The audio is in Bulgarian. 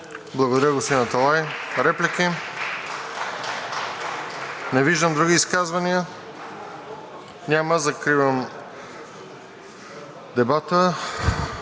Благодаря, господин Аталай. Реплики? Не виждам. Други изказвания? Няма. Закривам дебата.